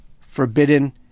forbidden